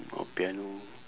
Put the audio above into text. or piano